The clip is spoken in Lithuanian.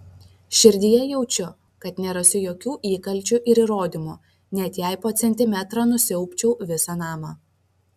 širdyje jaučiu kad nerasiu jokių įkalčių ir įrodymų net jei po centimetrą nusiaubčiau visą namą